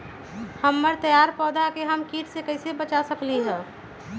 हमर तैयार पौधा के हम किट से कैसे बचा सकलि ह?